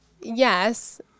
yes